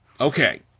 Okay